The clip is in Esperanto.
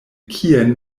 kien